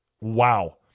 wow